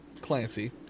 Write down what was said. Clancy